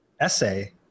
essay